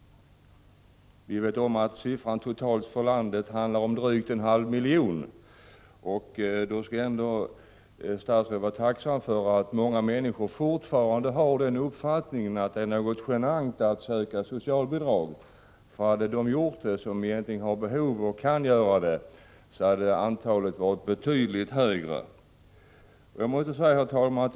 Vi vet om att det totalt för landet rör sig om drygt 0,5 miljoner människor. Då skall statsrådet ändå vara tacksam för att många människor fortfarande har den uppfattningen att det är något genant att söka socialbidrag. Hade alla de som egentligen har behov av och har rätt till att söka socialbidrag också gjort det, hade antalet varit betydligt större.